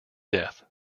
death